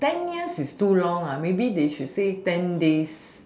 ten years is too long lah maybe they should say ten days